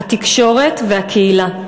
התקשורת והקהילה.